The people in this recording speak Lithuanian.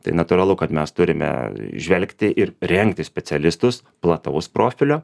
tai natūralu kad mes turime žvelgti ir rengti specialistus plataus profilio